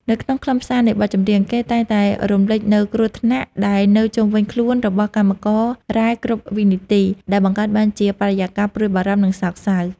នៅក្នុងខ្លឹមសារនៃបទចម្រៀង គេតែងតែរំលេចនូវគ្រោះថ្នាក់ដែលនៅជុំវិញខ្លួនរបស់កម្មកររ៉ែគ្រប់វិនាទី ដែលបង្កើតបានជាបរិយាកាសព្រួយបារម្ភ និងសោកសៅ។